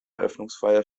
eröffnungsfeier